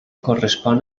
correspon